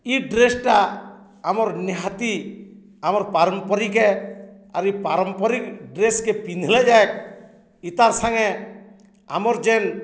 ଇ ଡ୍ରେସ୍ଟା ଆମର୍ ନିହାତି ଆମର୍ ପାରମ୍ପରିକେ ଆର୍ ଇ ପାରମ୍ପରିକ୍ ଡ୍ରେସ୍କେ ପିନ୍ଧ୍ଲେ ଯାଇ ଇତାର୍ ସାଙ୍ଗେ ଆମର୍ ଯେନ୍